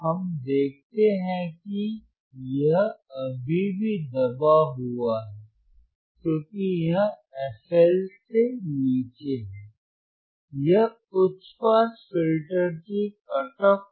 हम देखते हैं कि यह अभी भी दबा हुआ है क्योंकि यह fL से नीचे है यह उच्च पास फिल्टर की कट ऑफ आवृत्ति है